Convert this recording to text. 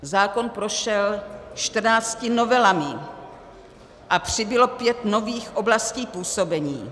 Zákon prošel čtrnácti novelami a přibylo pět nových oblastí působení.